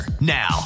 Now